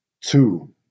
Two